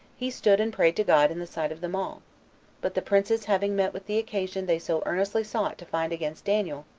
he stood and prayed to god in the sight of them all but the princes having met with the occasion they so earnestly sought to find against daniel,